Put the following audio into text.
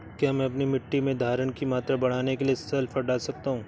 क्या मैं अपनी मिट्टी में धारण की मात्रा बढ़ाने के लिए सल्फर डाल सकता हूँ?